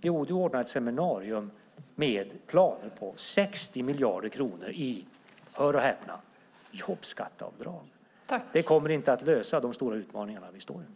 det är att ordna ett seminarium med planer på 60 miljarder kronor i - hör och häpna! - jobbskatteavdrag. Det kommer inte att lösa de stora utmaningarna vi står inför.